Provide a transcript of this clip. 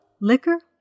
Liquor